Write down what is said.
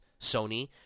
Sony